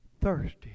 thirsty